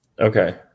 Okay